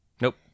Nope